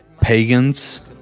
pagans